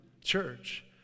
church